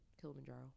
Kilimanjaro